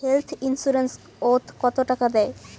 Health insurance ওত কত টাকা দেয়?